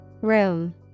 Room